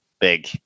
Big